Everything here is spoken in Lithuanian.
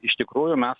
iš tikrųjų mes